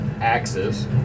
Axes